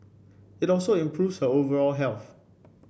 it also improves her overall health